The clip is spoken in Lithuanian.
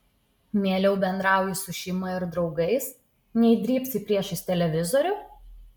mieliau bendrauji su šeima ir draugais nei drybsai priešais televizorių